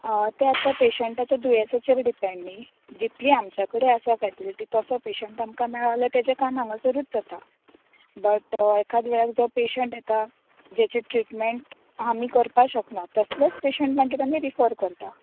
ते आता पेंशटाच्या दुयेंसाचेर डिपेंड न्ही जीतली आमचेकडेन आसा फेसिलीटी तसो पेंशट आमकां मेळ्ळो जाल्यार तेजे काम हांगासरूच जाता बट एकाद वेळार जो पेंशट येता जेचे ट्रिटमेंट आमी करपाक शकना तर तसलेच पेंशट मागीर आमी रिफर करतां